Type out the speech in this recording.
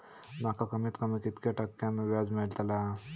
माका कमीत कमी कितक्या टक्क्यान व्याज मेलतला?